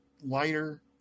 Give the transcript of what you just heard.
lighter